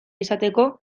izateko